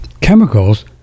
chemicals